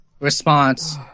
response